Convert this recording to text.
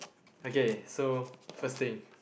okay so first thing